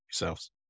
yourselves